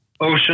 ocean